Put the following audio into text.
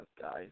guys